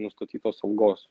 nustatytos algos